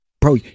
bro